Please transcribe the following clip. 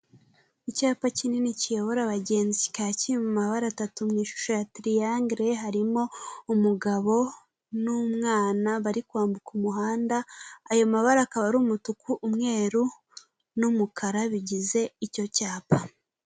Icyapa kinini kiyobora abagenzi kikaba kiri mu mabara amabara atatu mu ishusho ya tiriyangere, harimo umugabo n'umwana bari kwambuka umuhanda, ayo mabara akaba ari umutuku umweru n'umukara bigize icyo cyapa.